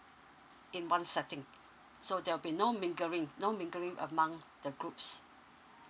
in one setting so there'll be no mingling no mingling among the groups